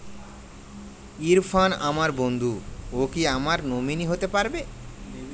ইরফান আমার বন্ধু ও কি আমার নমিনি হতে পারবে?